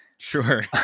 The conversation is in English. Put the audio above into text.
Sure